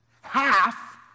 Half